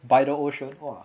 by the ocean !wah!